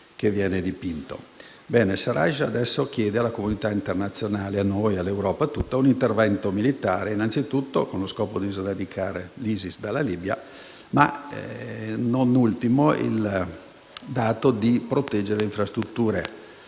al-Sarraj adesso chiede alla comunità internazionale, a noi e all'Europa tutta, un intervento militare, innanzitutto con lo scopo di sradicare l'ISIS dalla Libia, ma anche, e non ultimo, con quello di proteggere le infrastrutture